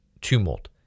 tumult